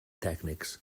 tècnics